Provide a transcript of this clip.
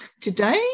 today